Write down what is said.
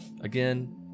again